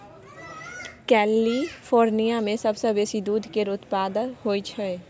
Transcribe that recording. California मे सबसँ बेसी दूध केर उत्पाद होई छै